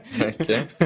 okay